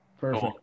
Perfect